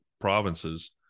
provinces